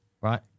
right